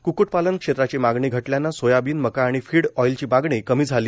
क्क्टपालन क्षेत्राची मागणी घटल्यानं सोयाबीन मका आणि फीड ऑइलची मागणी कमी झाली